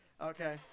Okay